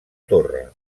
torre